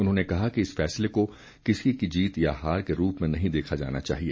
उन्होंने कहा कि इस फैसले को किसी की जीत या हार के रूप में नहीं देखा जाना चाहिए